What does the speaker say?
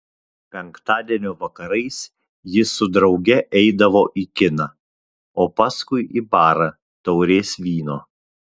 penktadienio vakarais ji su drauge eidavo į kiną o paskui į barą taurės vyno